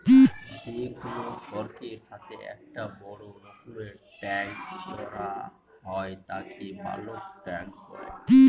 যে কোনো সড়কের সাথে একটা বড় রকমের ট্যাংক জোড়া হয় তাকে বালক ট্যাঁক বলে